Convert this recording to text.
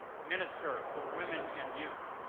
minister for women and youth.